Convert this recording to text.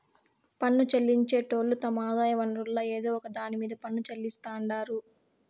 పన్ను చెల్లించేటోళ్లు తమ ఆదాయ వనరుల్ల ఏదో ఒక దాన్ని మీద పన్ను చెల్లిస్తాండారు